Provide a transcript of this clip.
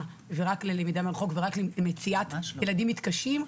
ורק ללמידה מרחוק ורק למציאת ילדים מתקשים,